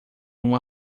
uma